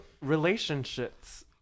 relationships